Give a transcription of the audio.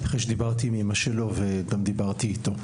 דיברתי איתו